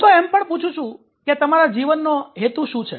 હું તો એમ પણ પૂછું છું કે તમારા જીવનનો હેતુ શું છે